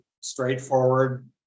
straightforward